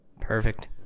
Perfect